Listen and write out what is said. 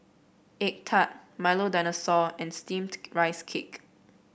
egg tart Milo Dinosaur and steamed Rice Cake